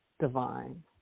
divine